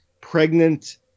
pregnant